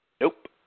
Nope